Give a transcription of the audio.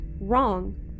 wrong